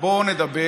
בואו נדבר